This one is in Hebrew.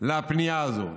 לפנייה הזאת.